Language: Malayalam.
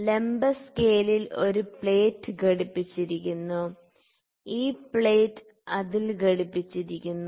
ലംബ സ്കെയിലിൽ ഒരു പ്ലേറ്റ് ഘടിപ്പിച്ചിരിക്കുന്നു ഈ പ്ലേറ്റ് അതിൽ ഘടിപ്പിച്ചിരിക്കുന്നു